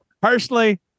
Personally